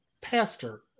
pastor